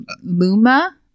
Luma